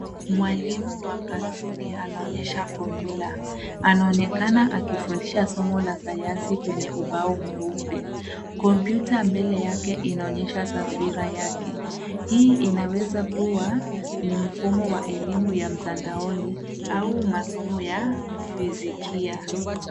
Mwalimu wa katuni anaonyesha fomula. Anaonekana akifundisha somo la sayansi kwenye ubao mweupe, kompyuta mbele yake inaonyesha taswira yake. Hii inaweza kuwa ni mfumo wa elimu ya mtandaoni au masomo ya phizikia